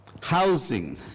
housing